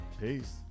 Peace